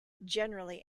generally